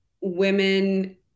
women